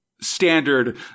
standard